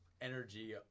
energy